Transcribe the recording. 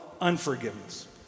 unforgiveness